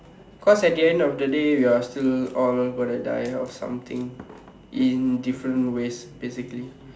cause at the end of the day we are still all going to die of something in different ways basically